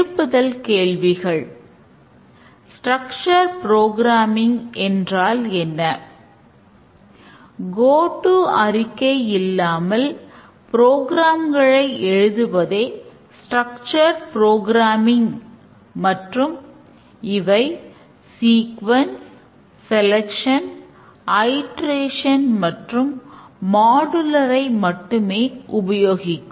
திருப்புதல் கேள்விகள் structure programming ஐ மட்டுமே உபயோகிக்கும்